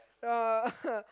uh